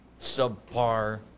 subpar